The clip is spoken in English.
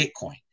Bitcoin